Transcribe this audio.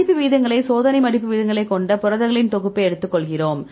மடிப்பு விகிதங்கள் சோதனை மடிப்பு விகிதங்களைக் கொண்ட புரதங்களின் தொகுப்பை எடுத்துக்கொள்கிறோம்